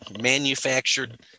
Manufactured